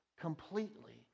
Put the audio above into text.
completely